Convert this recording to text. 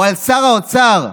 או על שר האוצר,